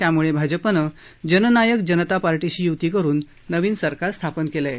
त्याम्ळे भाजपनं जननायक जनता पार्टीशी य्ती करुन नवीन सरकार स्थापन केलं आहे